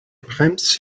bremst